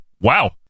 Wow